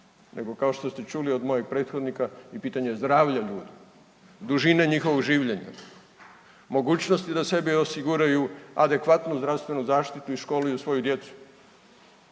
nego kao što ste čuli od mojih prethodnika i pitanje zdravlja ljudi, dužine njihovog življenja , mogućnosti da sebi osiguraju adekvatnu zdravstvenu zaštitu i školuju svoju djecu.